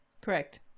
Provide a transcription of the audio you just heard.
Correct